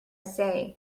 say